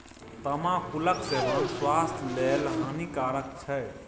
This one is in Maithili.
तमाकुलक सेवन स्वास्थ्य लेल हानिकारक छै